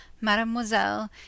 mademoiselle